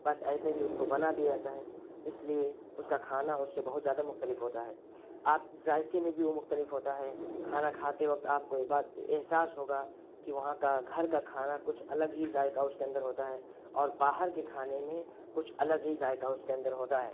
بس ایسے ہی اس کو بنا دیا جاتا ہے اس لیے اس کا کھانا اس سے بہت زیادہ مختلف ہوتا ہے آپ ذائقے میں بھی وہ مختلف ہوتا ہے کھانا کھاتے وقت آپ کو ایک بات احساس ہوگا کہ وہاں کا گھر کا کھانا کچھ الگ ہی ذائقہ اس کے اندر ہوتا ہے اور باہر کے کھانے میں کچھ الگ ہی ذائقہ اس کے اندر ہوتا ہے